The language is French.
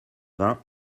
vingts